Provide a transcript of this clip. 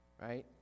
Right